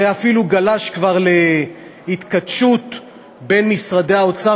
זה אפילו גלש כבר להתכתשות בין משרדי האוצר